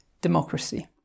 democracy